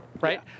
Right